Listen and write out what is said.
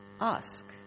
Ask